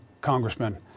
Congressman